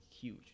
huge